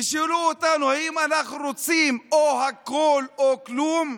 תשאלו אותנו אם אנחנו רוצים או הכול או כלום?